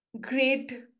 great